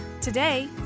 Today